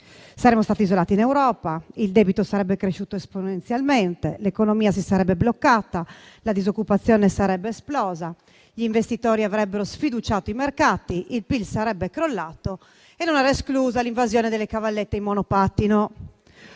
saremmo stati isolati in Europa, il debito sarebbe cresciuto esponenzialmente, l'economia si sarebbe bloccata, la disoccupazione sarebbe esplosa, gli investitori avrebbero sfiduciato i mercati, il PIL sarebbe crollato e non era esclusa l'invasione delle cavallette in monopattino.